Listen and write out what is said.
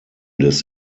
des